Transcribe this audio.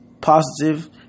positive